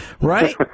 Right